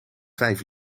vijf